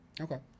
Okay